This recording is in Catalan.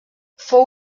fou